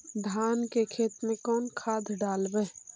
धान के खेत में कौन खाद डालबै?